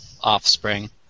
offspring